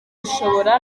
bishobora